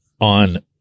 on